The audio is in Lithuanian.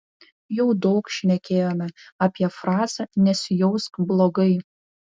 jau daug šnekėjome apie frazę nesijausk blogai